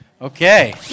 Okay